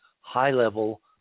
high-level